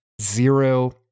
zero